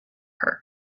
her